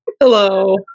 Hello